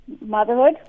Motherhood